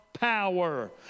Power